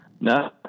No